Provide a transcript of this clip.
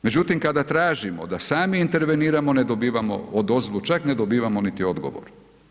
Međutim, kada tražimo da sami interveniramo ne dobivamo … čak ne dobivamo niti odgovor.